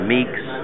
Meeks